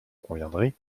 conviendrez